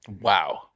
Wow